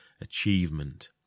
achievement